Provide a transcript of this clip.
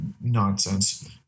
nonsense